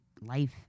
life